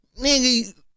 Nigga